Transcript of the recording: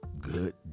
good